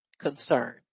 concern